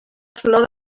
flor